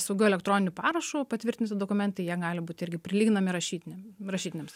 saugiu elektroniniu parašu patvirtinti dokumentai jie gali būt irgi prilyginami rašytiniam rašytiniams